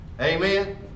Amen